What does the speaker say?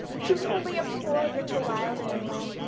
she was only a poor little wild animal.